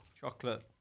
chocolate